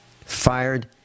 Fired